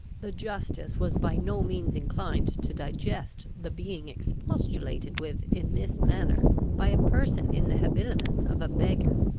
the justice was by no means inclined to digest the being expostulated with in this manner by a person in the habiliments of a beggar.